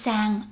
Sang